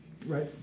Right